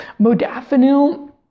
Modafinil